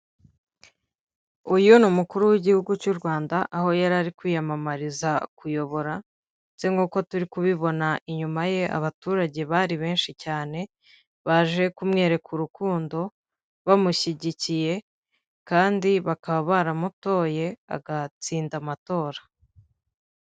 Uyu ni umukuru w'igihugu cy'u rwanda aho yari ari kwiyamamariza kuyobora ndetse nk'uko turi kubibona inyuma ye abaturage bari benshi cyane baje kumwereka urukundo bamushyigikiye kandi bakaba baramutoye agatsinda amatora.